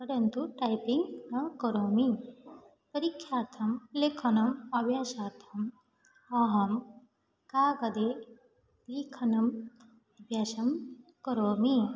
परन्तु टैपिङ्ग् न करोमि परीक्षार्थं लेखनम् अब्यासार्थम् अहं कागदे लेखनम् अभ्यासं करोमि